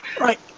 Right